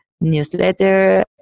newsletter